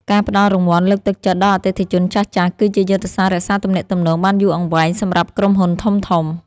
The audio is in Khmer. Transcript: ការផ្តល់រង្វាន់លើកទឹកចិត្តដល់អតិថិជនចាស់ៗ គឺជាយុទ្ធសាស្ត្ររក្សាទំនាក់ទំនងបានយូរអង្វែងសម្រាប់ក្រុមហ៊ុនធំៗ។